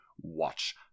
watch